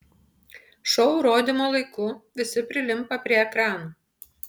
šou rodymo laiku visi prilimpa prie ekranų